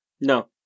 no